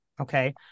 okay